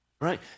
Right